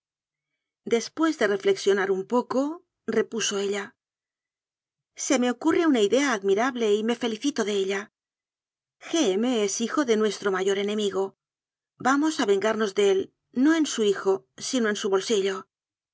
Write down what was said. pués de reflexionar un poco repuso ella se me ocurre una idea admirable y me felicito de ella g m es hijo de nuestro mayor enemigo va mos a vengamos de él no en su hijo sino en su bolsillo